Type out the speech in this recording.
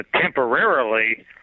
temporarily